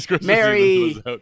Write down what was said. Merry